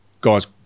guys